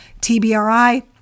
TBRI